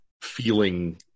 feeling